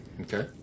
Okay